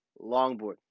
longboard